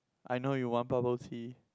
I know you want bubble tea